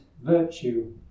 virtue